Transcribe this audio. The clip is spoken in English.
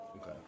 Okay